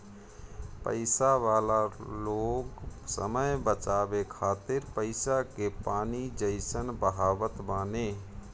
पईसा वाला लोग समय बचावे खातिर पईसा के पानी जइसन बहावत बाने